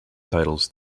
titles